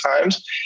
times